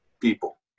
people